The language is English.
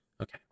Okay